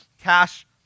cash